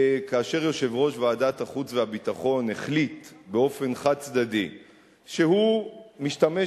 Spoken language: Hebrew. כאשר יושב-ראש ועדת החוץ והביטחון החליט באופן חד-צדדי שהוא משתמש